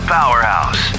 Powerhouse